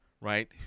right